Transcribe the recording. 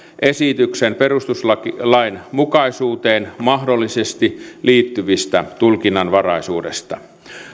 esityksen perustuslainmukaisuuteen mahdollisesti liittyvästä tulkinnanvaraisuudesta